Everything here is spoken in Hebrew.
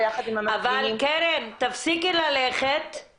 ועל מתן מקום ומענה לצרכים של הקטנטנים האלה.